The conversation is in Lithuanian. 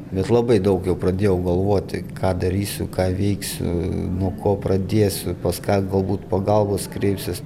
bet labai daug jau pradėjau galvoti ką darysiu ką veiksiu nuo ko pradėsiu pas ką galbūt pagalbos kreipsiuos